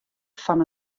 fan